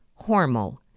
Hormel